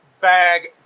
bag